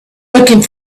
looking